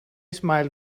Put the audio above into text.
smiled